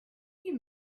you